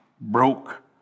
Broke